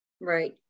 Right